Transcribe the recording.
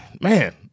Man